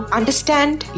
understand